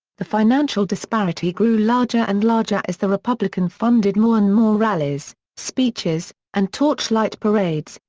the financial disparity grew larger and larger as the republican funded more and more rallies, speeches, and torchlight parades,